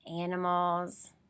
animals